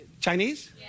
Chinese